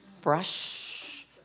Brush